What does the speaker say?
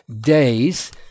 days